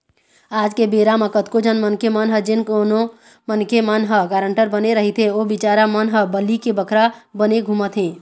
आज के बेरा म कतको झन मनखे मन ह जेन कोनो मनखे मन ह गारंटर बने रहिथे ओ बिचारा मन ह बली के बकरा बने घूमत हें